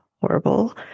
horrible